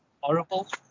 horrible